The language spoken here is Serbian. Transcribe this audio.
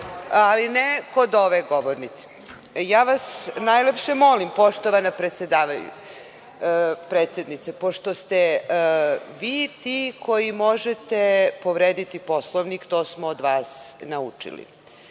ali ne kod ove govornice. Ja vas najlepše molim, poštovana predsednice, pošto ste vi ti koji možete povrediti Poslovnik, to smo od vas naučili,